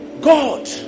God